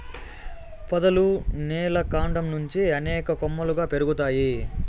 పొదలు నేల కాండం నుంచి అనేక కొమ్మలుగా పెరుగుతాయి